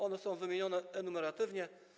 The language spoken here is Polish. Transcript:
One są wymienione enumeratywnie.